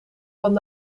van